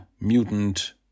mutant